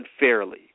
unfairly